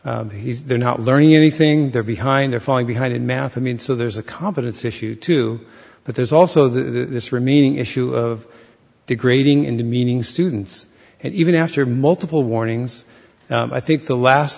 class he's they're not learning anything they're behind they're falling behind in math i mean so there's a competence issue too but there's also this remaining issue of degrading into meaning students and even after multiple warnings i think the last